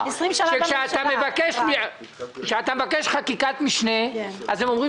שכאשר אתה מבקש חקיקת משנה אז הם אומרים